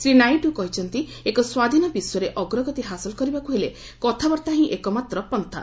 ଶ୍ରୀ ନାଇଡୁ କହିଛନ୍ତି ଏକ ସ୍ୱାଧୀନ ବିଶ୍ୱରେ ଅଗ୍ରଗତି ହାସଲ କରିବାକୁ ହେଲେ କଥାବାର୍ତ୍ତା ହିଁ ଏକମାତ୍ର ପନ୍ତା